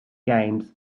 games